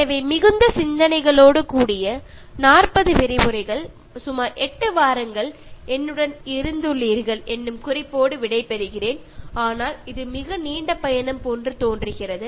எனவே மிகுந்த சிந்தனைகளோடு கூடிய 40 விரிவுரைகள் சுமார் 8 வாரங்கள் என்னுடன் இருந்து இருந்துள்ளீர்கள் எனும் குறிப்போடு விடைபெறுகிறேன் ஆனால் இது மிக நீண்ட பயணம் போன்று தோன்றுகிறது